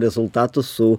rezultatus su